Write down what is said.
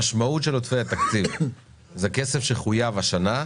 המשמעות של עודפי התקציב זה כסף שחויב השנה,